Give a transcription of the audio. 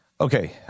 Okay